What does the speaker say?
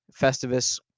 festivus